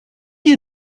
you